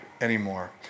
anymore